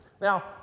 Now